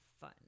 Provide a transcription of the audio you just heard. fun